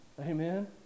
amen